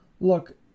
Look